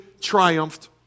triumphed